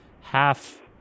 half